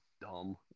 dumb